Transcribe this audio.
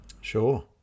Sure